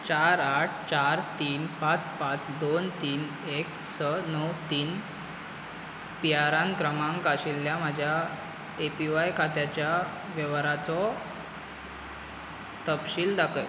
चार आठ चार तीन पांच पांच दोन तीन एक स णव तीन पीआरएएन क्रमांक आशिल्ल्या म्हज्या ए पी व्हाय खात्याच्या वेव्हाराचो तपशील दाखय